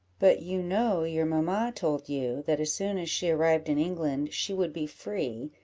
but you know your mamma told you, that as soon as she arrived in england she would be free,